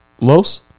Los